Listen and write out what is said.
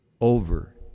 Over